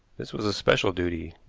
this was a special duty,